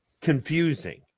confusing